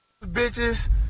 Bitches